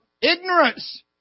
ignorance